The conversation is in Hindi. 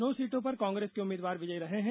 नौ सीटों पर कांग्रेस के उम्मीदवार विजयी रहे हैं